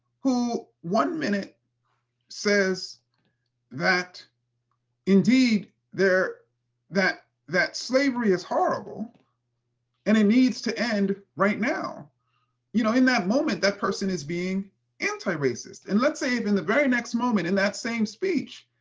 who one minute says that indeed, that that slavery is horrible and it needs to end right now you know in that moment, that person is being anti-racist. and let's say even the very next moment in that same speech,